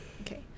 Okay